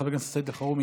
חבר הכנסת סעיד אלחרומי,